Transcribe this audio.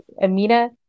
Amina